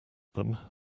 them